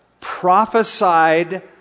prophesied